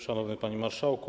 Szanowny Panie Marszałku!